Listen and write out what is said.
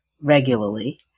regularly